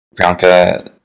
Priyanka